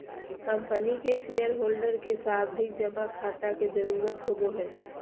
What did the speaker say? company के shareholder के सावधि जमा खाता के जरूरत होवो हय